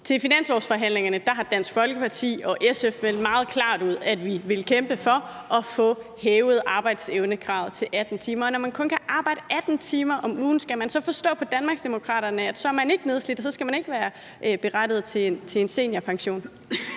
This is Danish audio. Ved finanslovsforhandlingerne har Dansk Folkeparti og SF meldt meget klart ud, at vi vil kæmpe for at få hævet arbejdsevnekravet til 18 timer. Skal vi så forstå det sådan på Danmarksdemokraterne, at man ikke er nedslidt, og at man ikke skal være berettiget til en seniorpension,